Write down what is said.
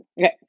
Okay